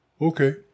Okay